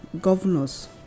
governors